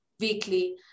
weekly